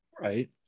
right